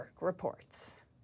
reports